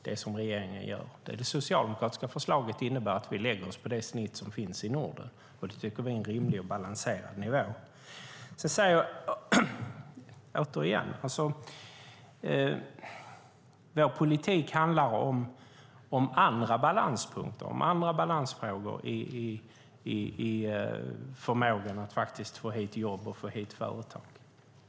Det socialdemokratiska förslaget innebär att vi lägger oss på genomsnittet i Norden. Det tycker vi är en rimlig och balanserad nivå. Återigen: Vår politik handlar om andra balanspunkter, om andra balansfrågor när det gäller förmågan att få hit jobb och företag.